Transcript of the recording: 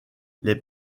les